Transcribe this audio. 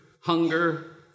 hunger